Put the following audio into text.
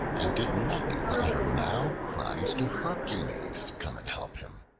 and did nothing but utter loud cries to hercules to come and help him.